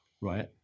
right